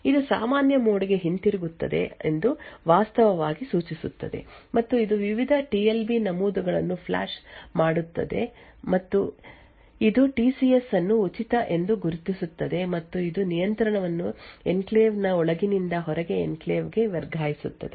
ಇದು ಸಾಮಾನ್ಯ ಮೋಡ್ ಗೆ ಹಿಂತಿರುಗುತ್ತಿದೆ ಎಂದು ವಾಸ್ತವವಾಗಿ ಸೂಚಿಸುತ್ತದೆ ಮತ್ತು ಇದು ವಿವಿಧ ಟಿ ಎಲ್ ಬಿ ನಮೂದುಗಳನ್ನು ಫ್ಲಶ್ ಮಾಡುತ್ತದೆ ಇದು ಟಿ ಸಿ ಎಸ್ ಅನ್ನು ಉಚಿತ ಎಂದು ಗುರುತಿಸುತ್ತದೆ ಮತ್ತು ಇದು ನಿಯಂತ್ರಣವನ್ನು ಎನ್ಕ್ಲೇವ್ ನ ಒಳಗಿನಿಂದ ಹೊರಗೆ ಎನ್ಕ್ಲೇವ್ ಗೆ ವರ್ಗಾಯಿಸುತ್ತದೆ